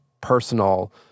personal